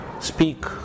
speak